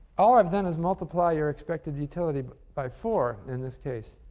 all i've done is multiply your expected utility by four in this case,